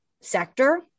sector